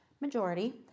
majority